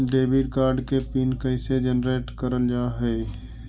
Debit card के PIN कैसे generate करल जाहै?